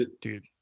dude